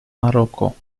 marokko